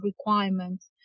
requirements